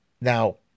Now